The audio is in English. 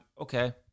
okay